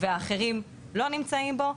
והאחרים לא נמצאים בו,